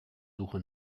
suche